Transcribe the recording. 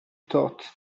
thought